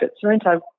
Sorrento